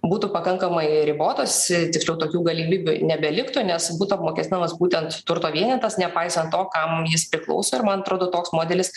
būtų pakankamai ribotos i tiksliau tokių galimybių nebeliktų nes būtų apmokestinamas būtent turto vienetas nepaisant to kam jis priklauso ir man atrodo toks modelis